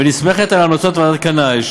ונסמכת על המלצות ועדת קנאי,